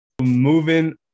Moving